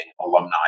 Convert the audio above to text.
alumni